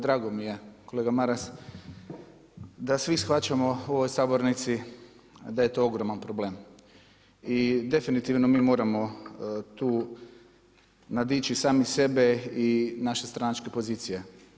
Drago mi je kolega Maras da svi shvaćamo u ovoj sabornici da je to ogroman problem i definitivno mi moramo tu nadići sami sebe i naše stranačke pozicije.